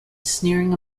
sneering